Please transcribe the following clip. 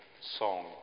song